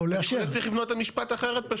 פשוט צריך לבנות את המשפט אחרת.